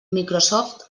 microsoft